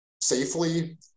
safely